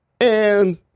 and-